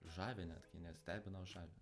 žavi netgi nestebina o žavi